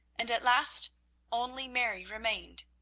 and at last only mary remained,